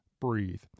breathe